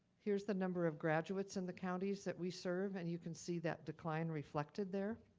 here's the number of graduates in the counties that we serve and you can see that decline reflected there.